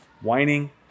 whining